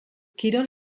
kirol